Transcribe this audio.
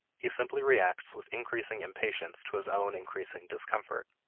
he simply reacts with increasing impatience to his own increasing discomfort.